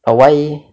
but why